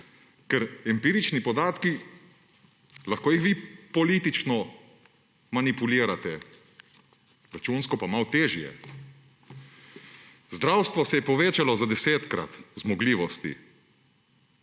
Empirične podatke vi lahko politično manipulirate, računsko pa malo težje. Zdravstvo se je povečalo za desetkrat zmogljivosti.